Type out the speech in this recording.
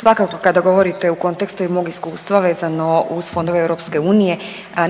Svakako kada govorite u kontekstu mog iskustva vezano uz fondove EU